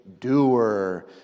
doer